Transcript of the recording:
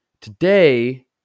Today